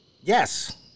Yes